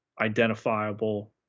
identifiable